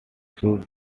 shot